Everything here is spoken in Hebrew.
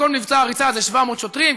כל מבצע הריסה זה 700 שוטרים,